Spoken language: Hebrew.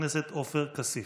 חבר הכנסת עופר כסיף.